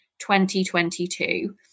2022